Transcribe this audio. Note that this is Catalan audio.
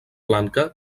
blanca